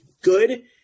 good